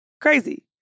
Crazy